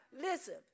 Listen